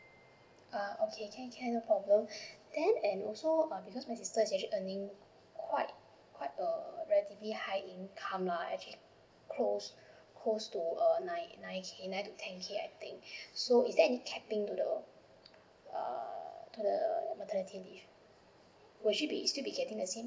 uh okay can can no problem then and also uh because my sister is actually earning quite quite err relatively high income lah actually close close to err nine nine K nine to ten K I think so is there any capping to the uh to the maternity leave will she be still be getting the same